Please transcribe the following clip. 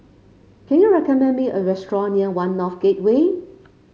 can you recommend me a restaurant near One North Gateway